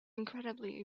incredibly